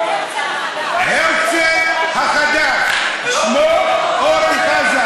הרצל החדש, שמו אורן חזן.